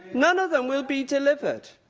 none of them will be delivered.